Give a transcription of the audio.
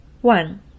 one